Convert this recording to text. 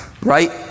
right